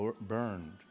burned